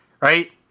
right